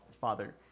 Father